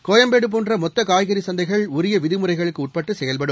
கோயம்பேடு போன்ற மொத்த காய்கறி சந்தைகள் உரிய விதிமுறைகளுக்கு உட்பட்டு செயல்படும்